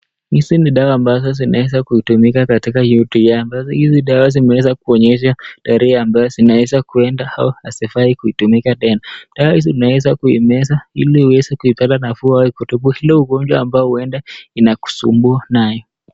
Hizi ni dawa ambazo zinaweza kutumika katika UTI . Hizi dawa imeweza kuonyesha tarehe ambazo zinaweza kuenda hazifai kutumika tena. Dawa hizi unaweza kuzimeza ili uweze kupata nafuu au kutibu ile ugonjwa ambao huenda inakusumbua nayo.